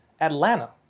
Atlanta